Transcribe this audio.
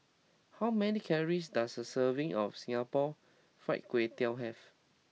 how many calories does a serving of Singapore Fried Kway Tiao have